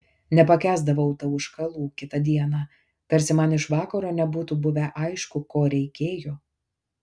nepakęsdavau tauškalų kitą dieną tarsi man iš vakaro nebūtų buvę aišku ko reikėjo